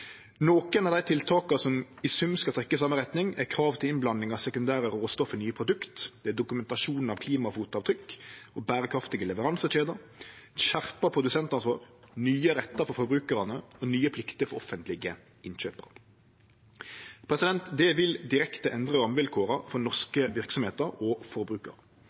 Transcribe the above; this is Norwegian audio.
av heile verdikjeda. Nokre av dei tiltaka som i sum skal trekkje i same retning, er krav til innblanding av sekundære råstoff i nye produkt, dokumentasjon av klimafotavtrykk og bærekraftige leveransekjeder, skjerpa produsentansvar, nye rettar for forbrukarane og nye plikter for offentlege innkjøparar. Det vil direkte endre rammevilkåra for norske verksemder og